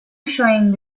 showing